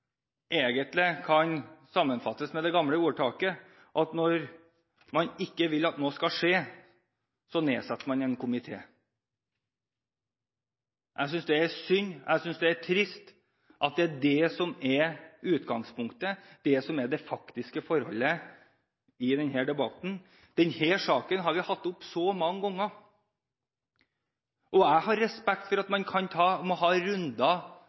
egentlig kan sammenfattes med det gamle ordtaket om at når man ikke vil at noe skal skje, så nedsetter man en komité. Jeg synes det er synd, jeg synes det er trist at det er det som er utgangspunktet, og at det er det som er det faktiske forholdet i denne debatten. Denne saken har vi hatt oppe så mange ganger. Jeg har respekt for at man må ha runder.